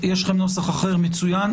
יש לכם נוסח אחר מצוין.